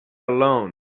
alone